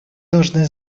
должны